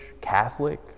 Catholic